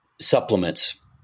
supplements